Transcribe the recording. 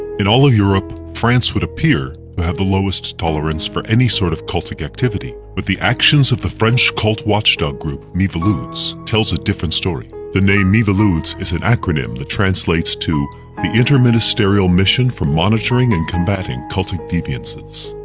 in all of europe, france would appear to but have the lowest tolerance for any sort of cultic activity. but the actions of the french cult watch-dog group, miviludes, tells a different story. the name miviludes is an acronym that translates to the interministerial mission for monitoring and combating cultic deviances.